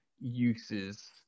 uses